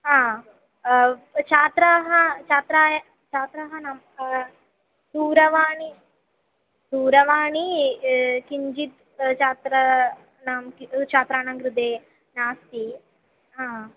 हा छात्राः छात्राय छात्राः नाम दूरवाणी दूरवाणी किञ्चित् छात्राणां छात्राणां कृते नास्ति हा